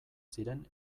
ziren